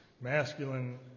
masculine